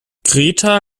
greta